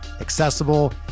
accessible